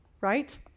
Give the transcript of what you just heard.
right